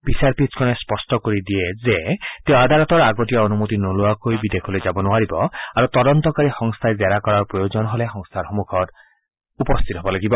বিচাৰপীঠখনে স্পষ্ট কৰি দিয়ে যে তেওঁ আদালতৰ আগতীয়া অনুমতি নোলোৱাকৈ বিদেশলৈ যাব নোৱাৰিব আৰু তদন্তকাৰী সংস্থাই জেৰাৰ কৰাৰ প্ৰয়োজন হ'লে সংস্থাৰ সন্মুখত উপস্থিত হ'ব লাগিব